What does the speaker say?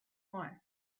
more